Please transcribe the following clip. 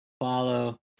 follow